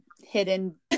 hidden